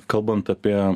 kalbant apie